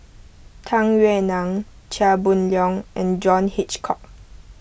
Tung Yue Nang Chia Boon Leong and John Hitchcock